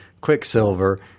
Quicksilver